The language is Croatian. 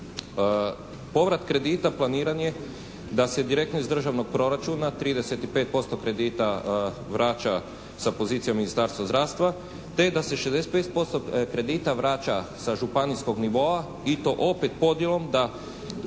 Povrat kredita planiran je da se direktno iz državnog proračuna 35% kredita vraća sa pozicija Ministarstva zdravstva te da se 65% kredita vraća sa županijskog nivoa i to opet podjelom da